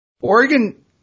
Oregon